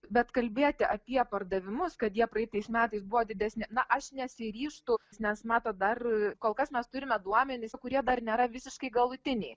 bet kalbėti apie pardavimus kad jie praeitais metais buvo didesni na aš nesiryžtu nes matot dar kol kas mes turime duomenis kurie dar nėra visiškai galutiniai